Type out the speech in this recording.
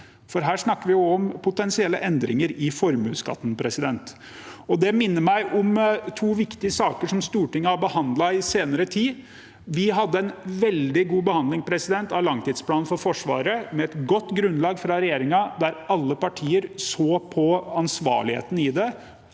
For her snakker vi om potensielle endringer i formuesskatten. Det minner meg om to viktige saker som Stortinget har behandlet i den senere tid. Vi hadde en veldig god behandling av langtidsplanen for Forsvaret, med et godt grunnlag fra regjeringen, der alle partier så på ansvarligheten i det,